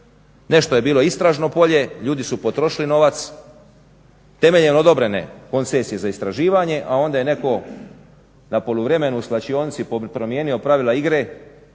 Nešto je bilo istražno polje, ljudi su potrošili novac temeljem odobrene koncesije za istraživanje, a onda je netko na poluvremenu u svlačionici promijenio pravila igre